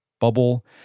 bubble